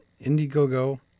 Indiegogo